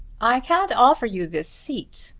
i can't offer you this seat,